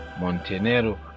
Montenegro